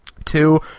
two